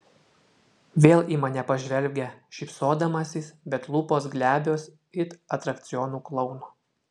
vėl į mane pažvelgia šypsodamasis bet lūpos glebios it atrakcionų klouno